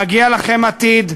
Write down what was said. מגיע לכם עתיד,